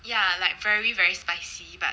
ya like very very spicy but